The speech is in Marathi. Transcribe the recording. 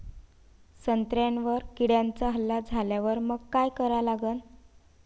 संत्र्यावर किड्यांचा हल्ला झाल्यावर मंग काय करा लागन?